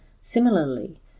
Similarly